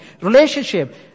Relationship